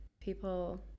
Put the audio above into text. People